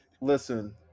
listen